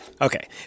Okay